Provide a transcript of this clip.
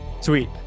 Sweet